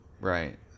right